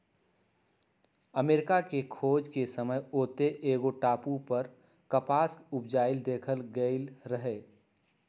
अमरिका के खोज के समय ओत्ते के एगो टापू पर कपास उपजायल देखल गेल रहै